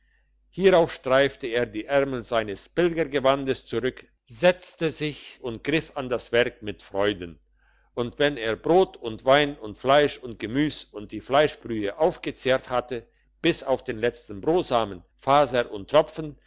hierauf streifte er die ärmel seines pilgergewandes zurück setzte sich und griff an das werk mit freuden und wenn er brot und wein und fleisch und gemüs und die fleischbrühe aufgezehrt hatte bis auf den letzten brosamen faser und tropfen